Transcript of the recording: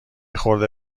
خورده